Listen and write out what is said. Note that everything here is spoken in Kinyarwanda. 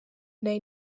nari